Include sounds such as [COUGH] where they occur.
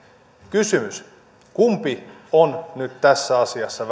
kysymys kumpi on nyt tässä asiassa [UNINTELLIGIBLE]